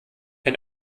ein